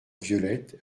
violette